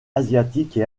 asiatiques